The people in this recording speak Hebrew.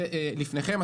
לפניכם,